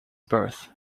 birth